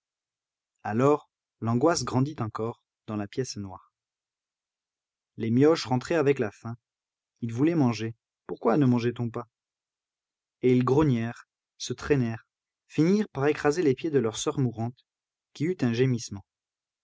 alors l'angoisse grandit encore dans la pièce noire les mioches rentraient avec la faim ils voulaient manger pourquoi ne mangeait on pas et ils grognèrent se traînèrent finirent par écraser les pieds de leur soeur mourante qui eut un gémissement